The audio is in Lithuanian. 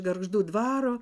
gargždų dvaro